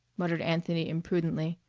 muttered anthony imprudently,